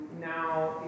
now